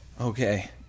Okay